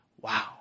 wow